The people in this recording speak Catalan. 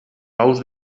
ous